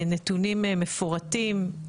נתונים מפורטים.